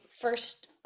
first